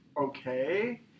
Okay